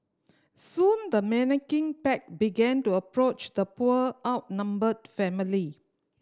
soon the menacing pack began to approach the poor outnumbered family